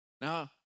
Now